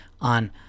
on